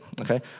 okay